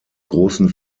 großen